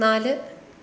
നാല്